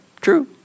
True